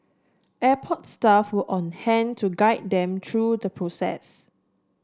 airport staff were on hand to guide them through the process